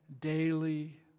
daily